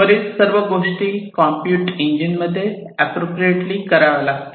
वरील सर्व गोष्टी कॉम्प्युट इंजिन मध्ये अँप्रोप्रिएटली कराव्या लागतील